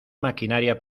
maquinaria